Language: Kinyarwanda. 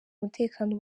umutekano